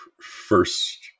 first